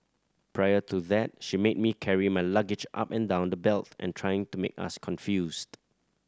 prior to that she made me carry my luggage up and down the belt and trying to make us confused